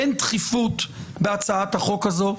אין דחיפות בהצעת החוק הזאת.